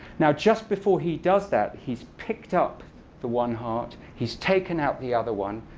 now just before he does that, he's picked up the one heart. he's taken out the other one.